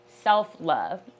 self-love